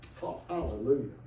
hallelujah